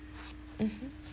mmhmm